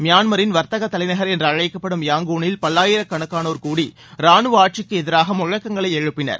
மியான்மரின் வர்த்தக தலைநகர் என்று அழைக்கப்படும் யாங்கூனில் பல்வாயிரக்கணக்கானோர் கூடி ரானுவ ஆட்சிக்கு எதிராக முழக்கங்களை எழுப்பினர்